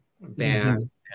bands